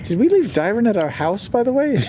did we leave dairon at our house, by the way?